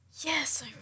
Yes